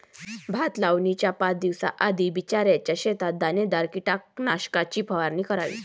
भात लावणीच्या पाच दिवस आधी बिचऱ्याच्या शेतात दाणेदार कीटकनाशकाची फवारणी करावी